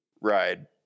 ride